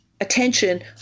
attention